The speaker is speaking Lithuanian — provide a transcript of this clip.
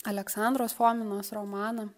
aleksandros fominos romaną